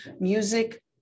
music